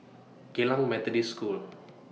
Geylang Methodist School